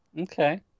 Okay